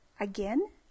Again